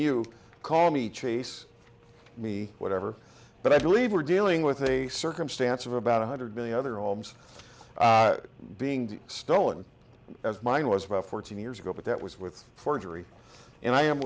you call me chase me whatever but i believe we're dealing with a circumstance of about one hundred million other almost being stolen as mine was about fourteen years ago but that was with forgery and i am